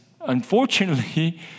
unfortunately